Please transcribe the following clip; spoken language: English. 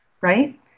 right